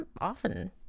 often